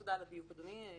תודה על הדיוק, אדוני.